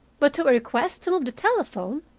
but to a request to move the telephone!